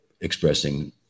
expressing